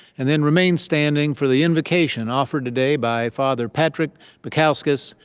and then remain standing for the invocation offered today by father patrick baikauskas,